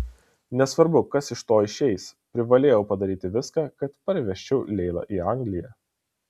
nesvarbu kas iš to išeis privalėjau padaryti viską kad parvežčiau leilą į angliją